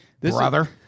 brother